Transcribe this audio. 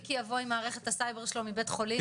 מיקי יבוא עם מערכת הסייבר שלו מבית החולים,